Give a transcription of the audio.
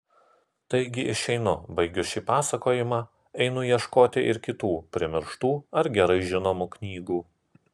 taigi išeinu baigiu šį pasakojimą einu ieškoti ir kitų primirštų ar gerai žinomų knygų